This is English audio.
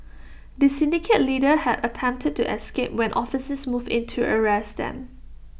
the syndicate leader had attempted to escape when officers moved in to arrest them